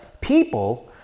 people